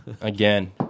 Again